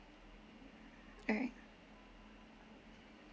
alright